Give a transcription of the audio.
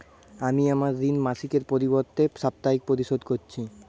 আমি আমার ঋণ মাসিকের পরিবর্তে সাপ্তাহিক পরিশোধ করছি